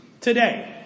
today